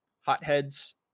hotheads